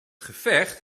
gevecht